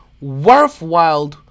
worthwhile